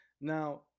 Now